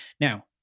Now